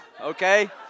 okay